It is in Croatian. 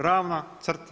Ravna crta.